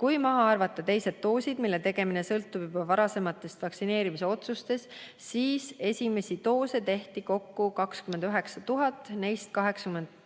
Kui maha arvata teised doosid, mille tegemine sõltub juba varasematest vaktsineerimisotsustest, siis esimesi doose tehti kokku 29 000, neist 80+